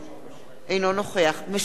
אינו נוכח משולם נהרי,